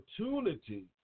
opportunity